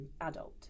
adult